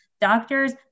doctors